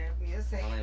music